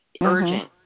urgent